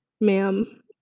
ma'am